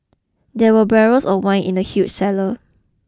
there were barrels of wine in the huge cellar